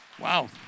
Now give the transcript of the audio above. Wow